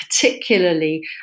particularly